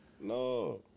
No